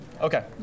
Okay